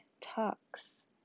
talks